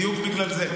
בדיוק בגלל זה.